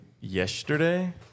yesterday